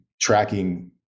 tracking